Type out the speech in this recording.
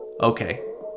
Okay